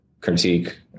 critique